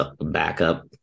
backup